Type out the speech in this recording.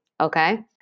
okay